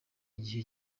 igihe